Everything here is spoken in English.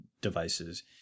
devices